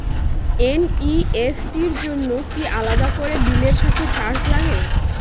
NEFT র জন্য কি আলাদা করে বিলের সাথে চার্জ লাগে?